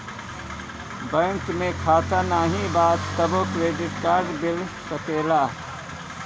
Bank में खाता नाही बा तबो क्रेडिट कार्ड मिल सकेला?